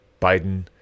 Biden